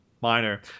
minor